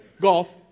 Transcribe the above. golf